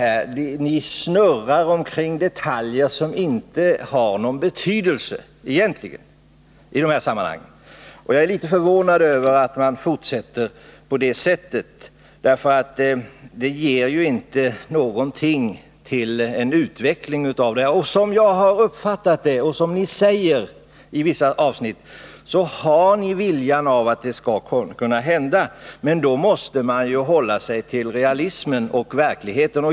Men ni snurrar omkring detaljer som egentligen inte har någon betydelse i sammanhanget. Jag är litet förvånad över att man fortsätter på det sättet, för det ger inte någonting till en utveckling. Och som jag har uppfattat det och enligt vad ni säger i vissa avsnitt, så har ni viljan att det skall kunna hända. Men då måste man hålla sig till realismen och verkligheten.